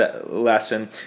lesson